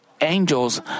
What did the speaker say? angels